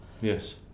Yes